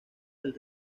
del